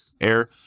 Air